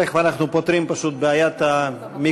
תכף, אנחנו פותרים פשוט את בעיית המיקום.